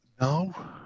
No